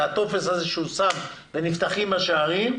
את הטופס שהוא שם ונפתחים השערים.